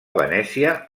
venècia